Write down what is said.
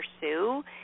pursue